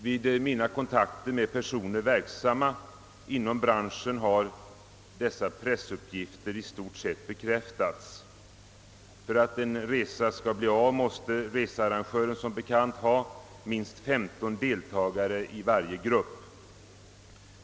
Vid mina kontakter med personer verksamma inom branschen har dessa pressuppgifter i stort sett bekräftats. För att en resa skall bli av måste researrangören som bekant ha minst 15 deltagare i varje grupp.